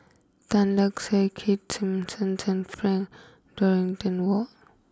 Tan Lark Sye Keith Simmons and Frank Dorrington Ward